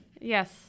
Yes